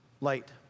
light